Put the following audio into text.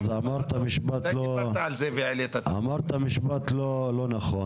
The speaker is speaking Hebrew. אז אמרת משפט לא נכון.